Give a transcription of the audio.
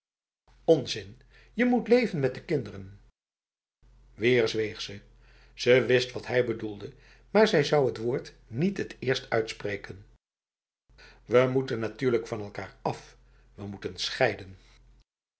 onzin je moet leven met de kinderen weer zweeg ze ze wist wat hij bedoelde maar zij zou het woord niet t eerst uitspreken we moeten natuurlijk van elkaar af we moeten scheiden